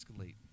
escalate